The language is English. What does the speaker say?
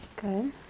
Good